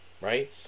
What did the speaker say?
right